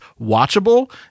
watchable